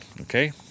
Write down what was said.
okay